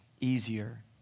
easier